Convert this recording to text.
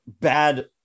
bad